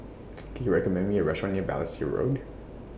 Can YOU recommend Me A Restaurant near Balestier Road